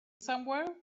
somewhere